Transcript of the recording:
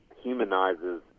humanizes